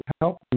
help